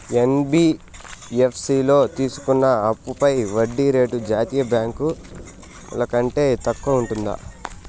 NBFC లో తీసుకున్న అప్పుపై వడ్డీ రేటు జాతీయ బ్యాంకు ల కంటే తక్కువ ఉంటుందా?